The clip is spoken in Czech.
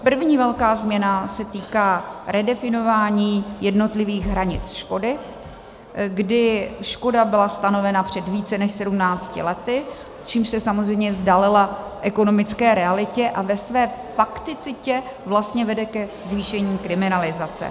První velká změna se týká redefinování jednotlivých hranic škody, kdy škoda byla stanovena před více než 17 lety, čímž se samozřejmě vzdálila ekonomické realitě a ve své fakticitě vlastně vede ke zvýšení kriminalizace.